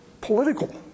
political